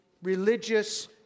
Religious